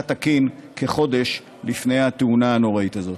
תקין כחודש לפני התאונה הנוראית הזאת.